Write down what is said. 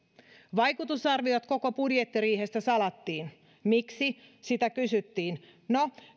vaikutusarviot koko budjettiriihestä salattiin miksi kysyttiin no